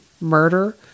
murder